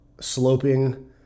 sloping